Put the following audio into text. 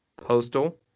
Postal